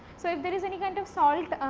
so, if there is any kind of salt